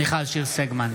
מיכל שיר סגמן,